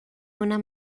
una